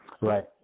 Right